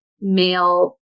male